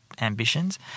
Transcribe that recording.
ambitions